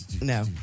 No